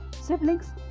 siblings